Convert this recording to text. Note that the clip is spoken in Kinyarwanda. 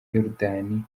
yorodani